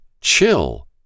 Chill